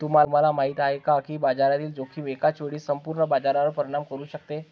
तुम्हाला माहिती आहे का की बाजारातील जोखीम एकाच वेळी संपूर्ण बाजारावर परिणाम करू शकते?